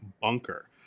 bunker